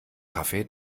kaffee